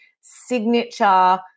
signature